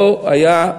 פה היה,